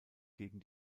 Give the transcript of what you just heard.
gegen